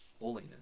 holiness